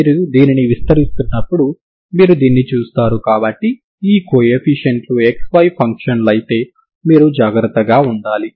మీరు దీనిని విస్తరిస్తున్నప్పుడు మీరు దీన్ని చూస్తారు కాబట్టి ఈ కోఎఫిషియంట్ లు xy ఫంక్షన్లైతే మీరు జాగ్రత్తగా ఉండాలి